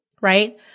right